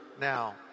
now